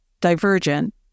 Divergent